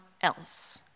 else